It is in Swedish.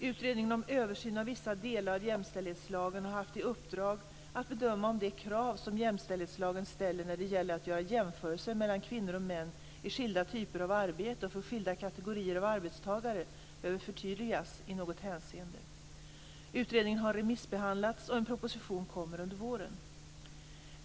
Utredningen om översyn av vissa delar av jämställdhetslagen har haft i uppdrag att bedöma om de krav som jämställdhetslagen ställer när det gäller att göra jämförelser mellan kvinnor och män i skilda typer av arbete och för skilda kategorier av arbetstagare behöver förtydligas i något hänseende. Utredningen har remissbehandlats och en proposition kommer under våren.